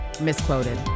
misquoted